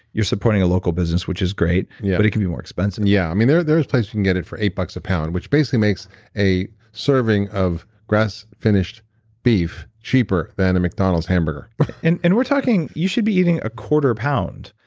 you're supporting a local business, which is great yeah but it can be more expensive yeah, i mean there there is places you can get it for eight bucks a pound, which basically makes a serving of grass finished beef cheaper than a mcdonalds hamburger and and we're talking you should be eating a quarter pound.